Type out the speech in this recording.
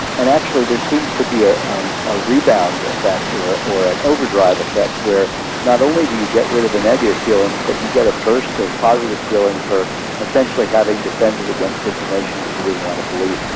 and actually there seems to be ah um a rebound effect or or an overdrive effect where not only do you get rid of the negative feelings but you get a burst of positive feeling for essentially having defended against information that you didn't want to believe.